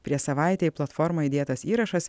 prieš savaitę į platformą įdėtas įrašas